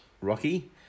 Rocky